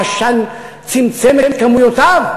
מה, העשן צמצם את כמויותיו?